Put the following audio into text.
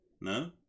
No